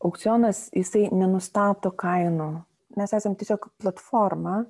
aukcionas jisai nenustato kainų mes esam tiesiog platforma